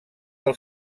del